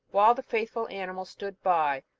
while the faithful animal stood by,